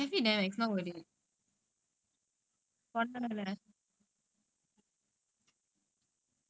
like one cup of tea ya it is damn exp so I have no choice keep paying my classes all in hive or S three